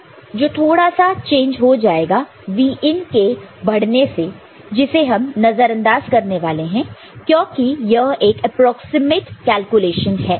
VBE है जो थोड़ा सा चेंज हो जाएगा Vin के बढ़ने से जिसे हम नजरअंदाज करने वाले हैं क्योंकि यह एक एप्रोक्सीमेट कैलकुलेशन है